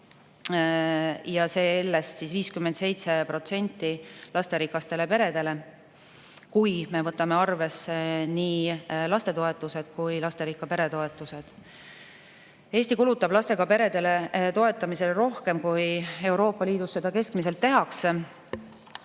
ja sellest 57% lasterikastele peredele, kui me võtame arvesse nii lastetoetused kui ka lasterikka pere toetused. Eesti kulutab lastega perede toetamisele rohkem, kui Euroopa Liidus keskmiselt tehakse.